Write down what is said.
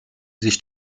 sich